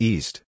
East